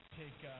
take